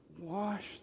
washed